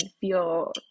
feel